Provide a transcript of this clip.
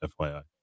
FYI